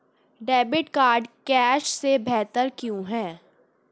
Debit card cash से बेहतर क्यों है?